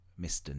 Mr